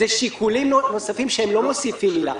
זה שיקולים נוספים שהם לא מוסיפים עילה.